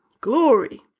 glory